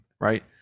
right